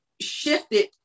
shifted